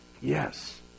Yes